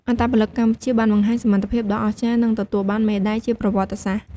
អត្តពលិកកម្ពុជាបានបង្ហាញសមត្ថភាពដ៏អស្ចារ្យ និងទទួលបានមេដាយជាប្រវត្តិសាស្រ្ត។